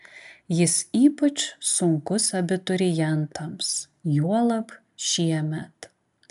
jis ypač sunkus abiturientams juolab šiemet